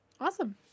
Awesome